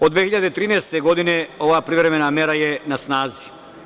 Od 2013. godine ova privremena mera je na snazi.